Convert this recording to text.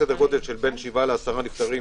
בין 7 ל-10 נפטרים